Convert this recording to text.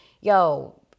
yo